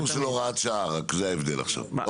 כל הסיפור של הוראת שעה רק, זה ההבדל עכשיו אוקי.